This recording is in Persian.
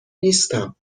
نیستم